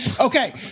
Okay